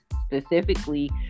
specifically